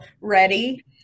ready